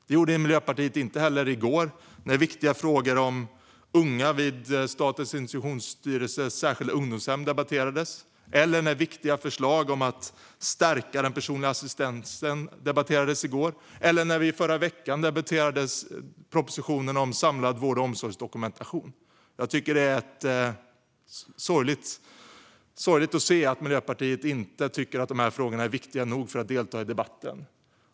Det gjorde Miljöpartiet inte heller i går när viktiga frågor om unga vid Statens institutionsstyrelses särskilda ungdomshem debatterades, när viktiga förslag om att stärka den personliga assistansen debatterades i går eller när vi i förra veckan debatterade propositionen om samlad vård och omsorgsdokumentation. Jag tycker att det är sorgligt att se att Miljöpartiet inte tycker att de här frågorna är viktiga nog för att delta i debatten.